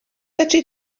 fedri